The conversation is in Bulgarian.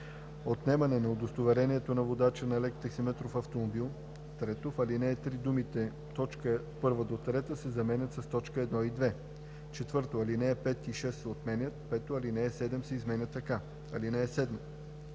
отнемане на удостоверението на водач на лек таксиметров автомобил.“ 3. В ал. 3 думите „т. 1 – 3“ се заменят с „т. 1 и 2“. 4. Алинеи 5 и 6 се отменят. 5. Алинея 7 се изменя така: „(7)